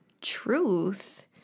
truth